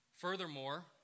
Furthermore